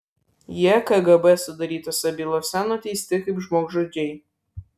jie kgb sudarytose bylose nuteisti kaip žmogžudžiai